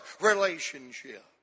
relationship